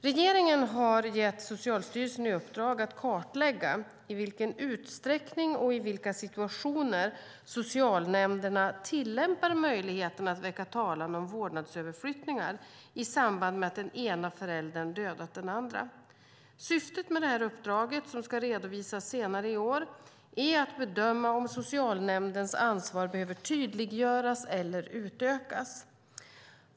Regeringen har gett Socialstyrelsen i uppdrag att kartlägga i vilken utsträckning och i vilka situationer socialnämnderna tillämpar möjligheten att väcka talan om vårdnadsöverflyttningar i samband med att den ena föräldern dödat den andra. Syftet med uppdraget, som ska redovisas senare i år, är att bedöma om socialnämndens ansvar behöver tydliggöras eller utökas.